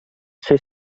ser